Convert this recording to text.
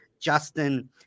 Justin